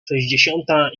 sześćdziesiąta